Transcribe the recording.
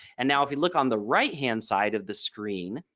and now if you look on the right-hand side of the screen,